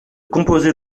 composé